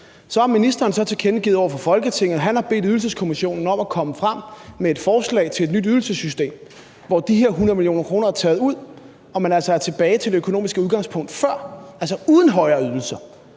Så har ministeren så tilkendegivet over for Folketinget, at han har bedt Ydelseskommissionen om at komme frem med et forslag til et nyt ydelsessystem, hvor de her 100 mio. kr. er taget ud, og hvor man altså er tilbage til det økonomiske udgangspunkt fra før, altså uden højere ydelser.